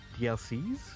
DLCs